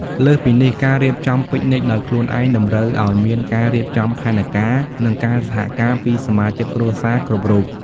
លើសពីនេះ ការរៀបចំពិកនិចដោយខ្លួនឯងតម្រូវឲ្យមានការរៀបចំផែនការនិងការសហការពីសមាជិកគ្រួសារគ្រប់រូប។